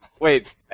Wait